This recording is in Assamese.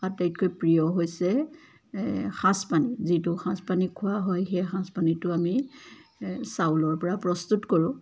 আটাইতকৈ প্ৰিয় হৈছে সাজপানী যিটো সাজপানী খোৱা হয় সেই সাজপানীটো আমি চাউলৰ পৰা প্ৰস্তুত কৰোঁ